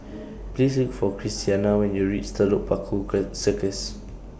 Please Look For Christiana when YOU REACH Telok Paku Circus